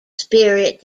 spirit